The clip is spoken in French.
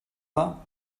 pas